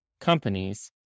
companies